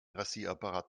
rasierapparat